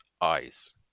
eyes